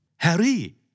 Harry